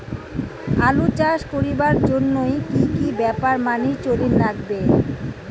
আলু চাষ করিবার জইন্যে কি কি ব্যাপার মানি চলির লাগবে?